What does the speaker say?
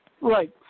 right